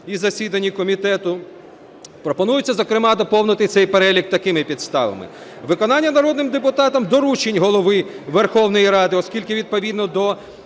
і засіданні комітету, пропонується, зокрема, доповнити цей перелік такими підставами. Виконання народним депутатам доручень Голови Верховної Ради, оскільки відповідно до